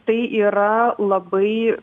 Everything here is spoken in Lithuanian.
tai yra labai